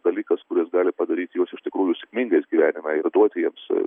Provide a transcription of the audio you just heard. dalykas kuris gali padaryti juos iš tikrųjų sėkmingais gyvenime ir duoti jiems